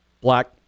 black